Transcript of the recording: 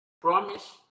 promise